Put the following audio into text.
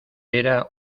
era